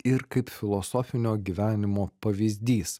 ir kaip filosofinio gyvenimo pavyzdys